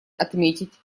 отметить